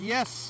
Yes